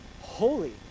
holy